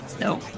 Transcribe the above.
No